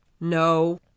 No